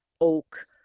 oak